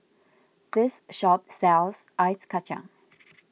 this shop sells Ice Kacang